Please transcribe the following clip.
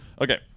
Okay